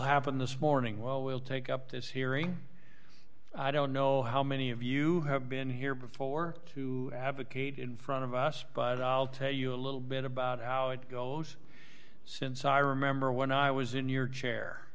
happen this morning well we'll take up this hearing i don't know how many of you have been here before to advocate in front of us but i'll tell you a little bit about how it goes since i remember when i was in your chair